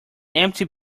empty